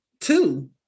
two